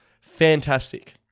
Fantastic